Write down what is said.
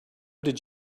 did